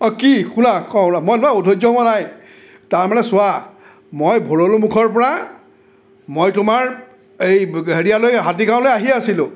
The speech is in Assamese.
অঁ কি শুনা কওঁ ৰ'বা মই নহয় অধৈৰ্য্য হোৱা নাই তাৰমানে চোৱা মই ভৰলুমুখৰপৰা মই তোমাৰ এই হেৰিয়ালৈ হাতীগাঁৱলৈ আহি আছিলোঁ